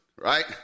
Right